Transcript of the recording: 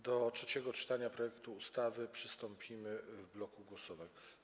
Do trzeciego czytania projektu ustawy przystąpimy w bloku głosowań.